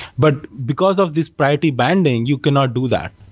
but because of this priority banding, you cannot do that.